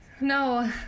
No